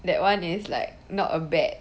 that one is like not a bad